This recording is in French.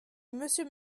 monsieur